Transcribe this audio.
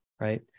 right